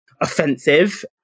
offensive